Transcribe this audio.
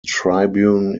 tribune